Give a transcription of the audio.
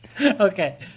Okay